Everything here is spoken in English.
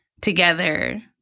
together